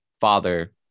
father